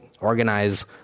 organize